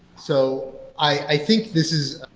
so i think this is,